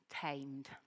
tamed